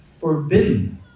forbidden